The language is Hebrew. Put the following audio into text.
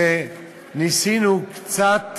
ניסינו קצת